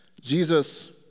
Jesus